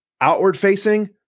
Outward-facing